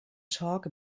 talk